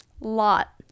lot